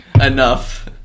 enough